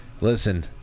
Listen